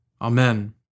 Amen